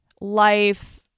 life